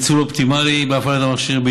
ניצול אופטימלי בהפעלת המכשיר,